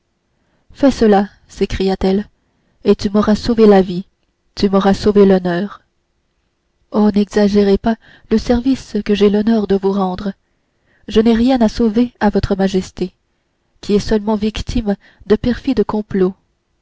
fais cela s'écria-t-elle et tu m'auras sauvé la vie tu m'auras sauvé l'honneur oh n'exagérez pas le service que j'ai le bonheur de vous rendre je n'ai rien à sauver à votre majesté qui est seulement victime de perfides complots